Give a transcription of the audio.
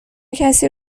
کسی